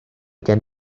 gen